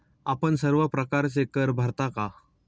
आपण सर्व प्रकारचे कर भरता का?